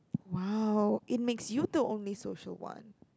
!wow! it makes you the only social one